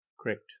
Correct